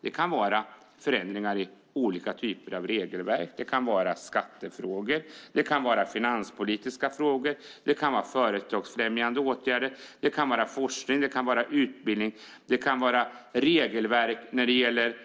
Det kan vara förändringar i olika typer av regelverk, det kan vara skattefrågor, det kan vara finanspolitiska frågor, det kan vara företagsfrämjande åtgärder, det kan vara forskning, det kan vara utbildning, det kan vara regelverk när det gäller